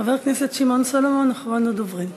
חבר הכנסת שמעון סולומון, אחרון הדוברים.